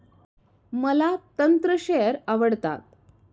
मला तंत्र शेअर आवडतात